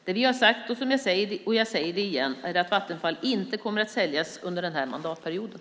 Det vi har sagt - och jag säger det igen - är att Vattenfall inte kommer att säljas under den här mandatperioden.